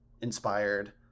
inspired